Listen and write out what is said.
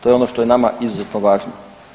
To je ono što je nama izuzetno važno.